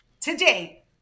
today